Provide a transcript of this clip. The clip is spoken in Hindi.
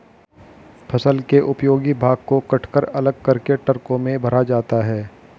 फसल के उपयोगी भाग को कटकर अलग करके ट्रकों में भरा जाता है